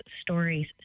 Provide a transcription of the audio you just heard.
stories